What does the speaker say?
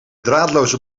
draadloze